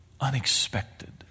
unexpected